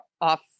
off